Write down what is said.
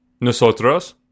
nosotros